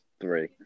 three